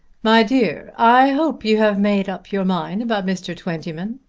my dear, i hope you have made up your mind about mr. twentyman.